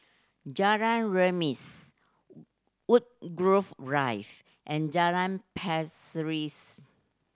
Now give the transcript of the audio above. Jalan Remis Woodgrove Drive and Jalan Pasir